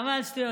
אבל שטויות,